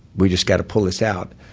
we've just got to pull this out.